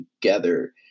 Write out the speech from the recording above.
together